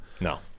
No